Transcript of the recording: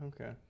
okay